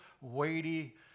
weighty